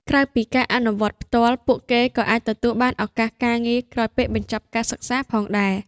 ក្រៅពីការអនុវត្តផ្ទាល់ ពួកគេក៏អាចទទួលបាន ឱកាសការងារ ក្រោយពេលបញ្ចប់ការសិក្សាផងដែរ។